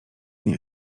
nie